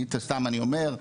סתם אני אומר,